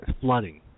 flooding